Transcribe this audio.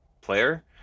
player